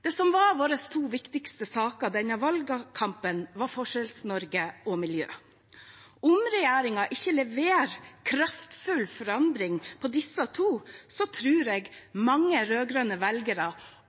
Det som var våre to viktigste saker i denne valgkampen, var Forskjells-Norge og miljø. Om regjeringen ikke leverer kraftfull forandring på disse to, tror jeg mange rød-grønne velgere, også i Arbeiderpartiet og